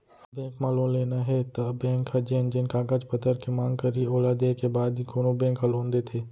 bank म loan लेना हे त बेंक ह जेन जेन कागज पतर के मांग करही ओला देय के बाद ही कोनो बेंक ह लोन देथे